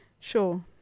Sure